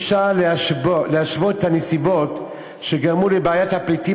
אי-אפשר להשוות את הנסיבות שגרמו לבעיית הפליטים